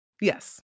Yes